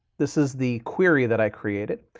this is the query that i created.